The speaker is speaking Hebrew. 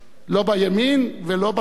לא בימין ולא בשמאל.